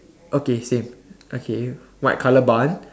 okay same okay white colour bun